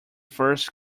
first